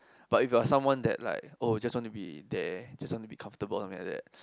but if you are someone that like oh just want to be there just want to be comfortable something like that